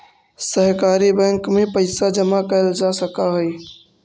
सहकारी बैंक में पइसा जमा कैल जा सकऽ हइ